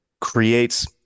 creates